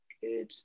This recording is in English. good